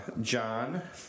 John